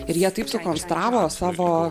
ir jie taip sukonstravo savo